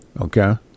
Okay